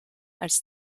als